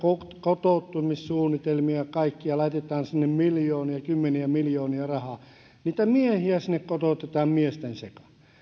kotoutumissuunnitelmia kaikkia laitetaan sinne kymmeniä miljoonia rahaa niitä miehiä sinne kotoutetaan miesten sekaan